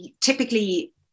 typically